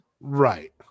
Right